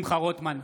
שמחה רוטמן,